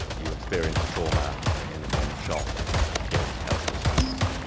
you experience trauma in the form of shock, guilt, helplessness,